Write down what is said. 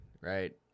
right